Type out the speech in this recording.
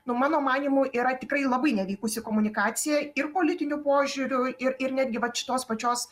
nu mano manymu yra tikrai labai nevykusi komunikacija ir politiniu požiūriu ir ir netgi vat šitos pačios